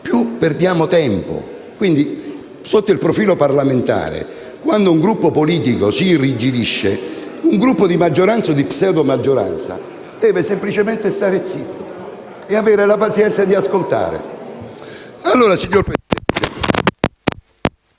più perdiamo tempo. Sotto il profilo parlamentare, quando un Gruppo politico si irrigidisce, i senatori del Gruppo di maggioranza, o pseudo-maggioranza, devono semplicemente stare zitti e avere la pazienza di ascoltare. Signor